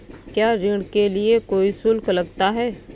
क्या ऋण के लिए कोई शुल्क लगता है?